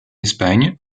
espagne